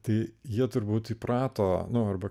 tai jie turbūt įprato nu arba